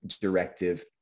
Directive